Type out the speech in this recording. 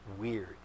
weird